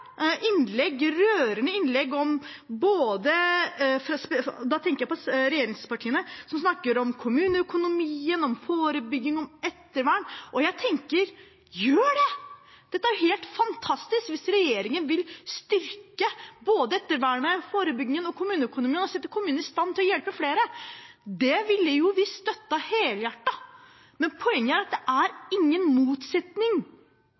innlegg fra regjeringspartiene, som snakker om kommuneøkonomien, om forebygging og om ettervern, og jeg tenker: Gjør det! Det er helt fantastisk hvis regjeringen vil styrke både ettervernet, forebyggingen og kommuneøkonomien og sette kommunene i stand til å hjelpe flere. Det ville vi ha støttet helhjertet. Men poenget her er at det